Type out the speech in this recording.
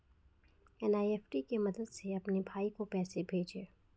NEFT की मदद से अपने भाई को पैसे भेजें